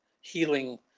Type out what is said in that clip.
healing